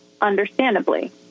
Understandably